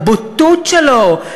הבוטות שלו,